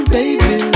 baby